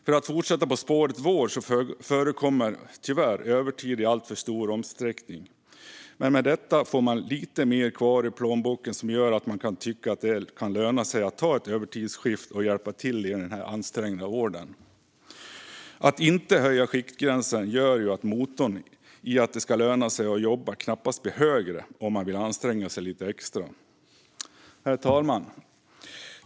För att fortsätta på vårdspåret kan vi konstatera att övertid tyvärr förekommer i alltför stor utsträckning inom vården men att en anställd i och med detta får lite mer kvar i plånboken, vilket kanske gör att man tycker att det lönar sig att ta ett övertidsskift och hjälpa till i det ansträngda läge som råder. Att inte höja skiktgränsen skulle knappast göra motivationen för att anstränga sig lite extra - att det ska löna sig att jobba - högre. Herr talman!